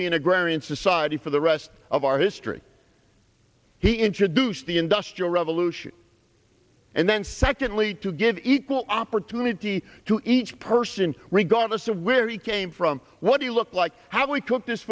agrarian society for the rest of our history he introduced the industrial revolution and then secondly to give equal opportunity to each person regardless of where he came from what he looked like how we took this